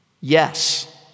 Yes